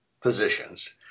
positions